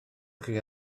chi